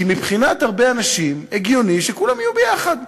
כי מבחינת הרבה אנשים, הגיוני שכולם יהיו ביחד.